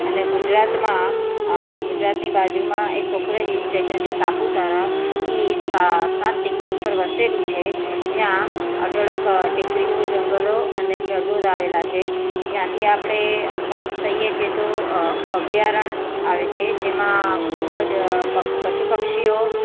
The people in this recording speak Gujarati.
અને ગુજરાતમાં ગુજરાતની બાજુમાં એક પોપ્યુલર હિલ સ્ટેસન છે સાપુતારા એ સાત ટેકરી ઉપર વસેલું છે જ્યાં અઢળક ટેકરીઓ જંગલો અને જળધોધ આવેલા છે જ્યાંથી આપણે પાસ થઈએ છીએ તો અભ્યારણ આવે છે જેમાં ખૂબ જ પશુ પક્ષીઓ